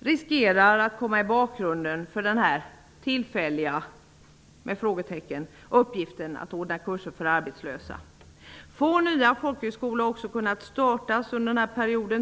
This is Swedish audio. riskerar att komma i bakgrunden för den tillfälliga -- med frågetecken -- uppgiften att ordna kurser för arbetslösa. Få nya folkhögskolor har kunnat starta